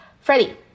Freddie